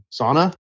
Sauna